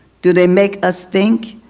do they make us think?